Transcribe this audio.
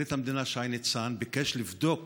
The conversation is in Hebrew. פרקליט המדינה שי ניצן ביקש לבדוק